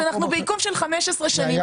זאת אומרת אנחנו בעיכוב של 15 שנים,